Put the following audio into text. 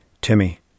Timmy